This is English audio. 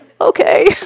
Okay